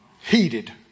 heated